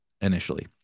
initially